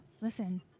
Listen